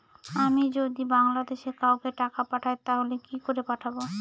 আমি যদি বাংলাদেশে কাউকে টাকা পাঠাই তাহলে কি করে পাঠাবো?